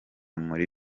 muri